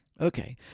Okay